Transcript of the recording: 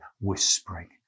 whispering